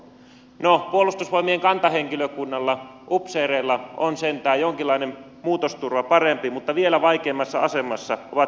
no puolustusvoimien kantahenkilökunnalla upseereilla on sentään jonkinlainen muutosturva parempi mutta vielä vaikeammassa asemassa ovat siviilityöntekijät